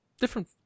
different